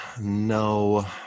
no